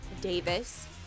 Davis